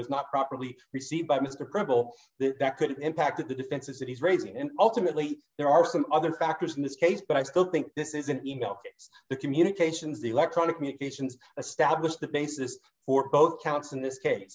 was not properly received by mr crimble that that could impact the defenses that he's raising and ultimately there are some other factors in this case but i still think this is an email to the communications the electronic communications a stablished the basis for both counts in this case